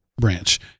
branch